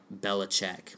Belichick